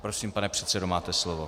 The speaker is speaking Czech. Prosím, pane předsedo, máte slovo.